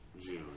June